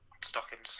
stockings